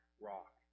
rock